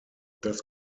das